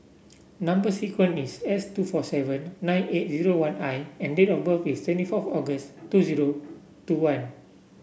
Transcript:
number sequence is S two four seven nine eight zero one I and date of birth is twenty four August two zero two one